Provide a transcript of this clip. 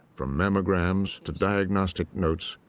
from mammograms to diagnostic notes,